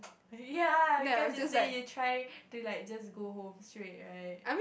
ya because you say you try to like just go home straight right